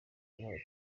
noneho